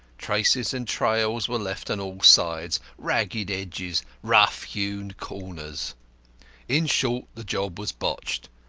traces and trails were left on all sides ragged edges, rough-hewn corners in short, the job was botched,